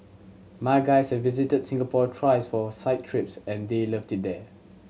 my guys have visited Singapore thrice for site trips and they loved it here